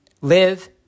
live